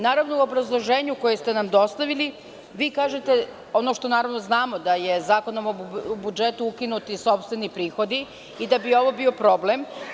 Naravno, u obrazloženju koje ste nam dostavili, vi kažete ono što znamo, da su Zakonom o budžetu ukinuti sopstveni prihodi i da bi ovo bio problem.